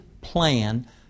plan